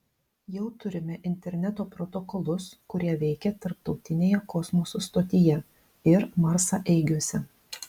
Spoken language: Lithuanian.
jau turime interneto protokolus kurie veikia tarptautinėje kosmoso stotyje ir marsaeigiuose